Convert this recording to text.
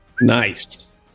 Nice